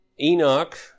Enoch